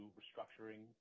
restructuring